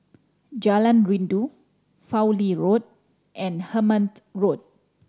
Jalan Rindu Fowlie Road and Hemmant Road